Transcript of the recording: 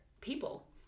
people